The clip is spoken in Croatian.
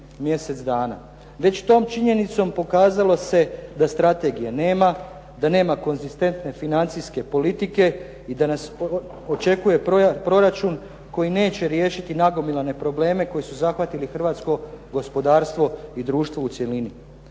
Već tom činjenicom pokazalo se da strategije nema, da nema konzistentne financijske politike i da nas očekuje proračun koji neće riješiti nagomilane probleme koji su zahvatili hrvatsko gospodarstvo i društvo u cjelini.